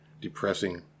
depressing